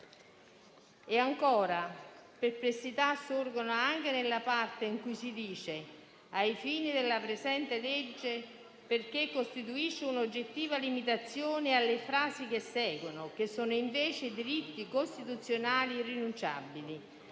sotteso. Perplessità sorgono anche per la parte in cui si dice «ai fini della presente legge», perché ciò costituisce un'oggettiva limitazione alle frasi che seguono, che sono invece diritti costituzionali irrinunciabili.